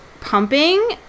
pumping